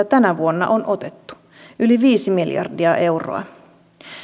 tänä vuonna on otettu yli viisi miljardia euroa